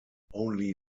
only